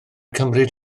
cymryd